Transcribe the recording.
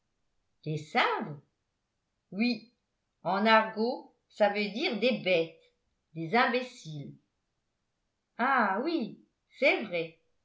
des sinves oui en argot ça veut dire des bêtes des imbéciles ah oui c'est vrai